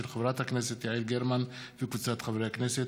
של חברת הכנסת יעל גרמן וקבוצת חברי הכנסת.